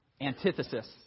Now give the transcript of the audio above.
Antithesis